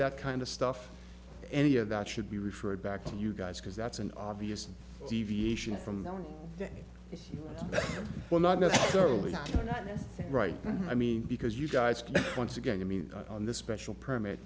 that kind of stuff any of that should be referred back to you guys because that's an obvious deviation from that well not necessarily right i mean because you guys can once again i mean on this special permit